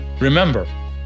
Remember